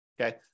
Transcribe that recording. Okay